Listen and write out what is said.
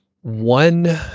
One